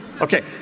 Okay